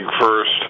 first